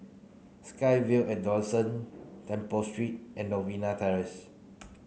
SkyVille at Dawson Temple Street and Novena Terrace